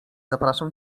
zapraszam